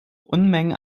unmengen